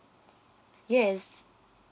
yes